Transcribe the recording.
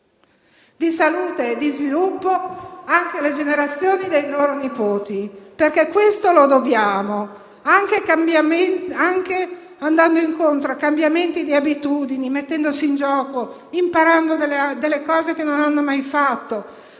di salute e di sviluppo anche alla generazione dei loro nipoti - questo lo dobbiamo loro - anche andando incontro a cambiamenti di abitudini, mettendosi in gioco e imparando cose che non hanno mai fatto.